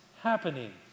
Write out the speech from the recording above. happening